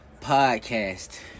Podcast